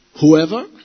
Whoever